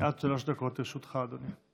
עד שלוש דקות לרשותך, אדוני.